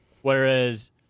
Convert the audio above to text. Whereas